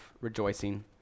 rejoicing